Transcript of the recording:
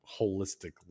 holistically